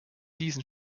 diesen